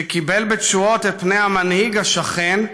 שקיבל בתשואות את פני המנהיג השכן,